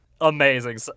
amazing